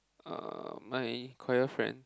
uh my choir friend